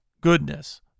goodness